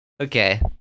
Okay